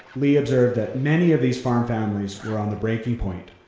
lee observed that many of these farm families were on the breaking point.